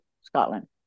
Scotland